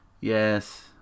Yes